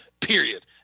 period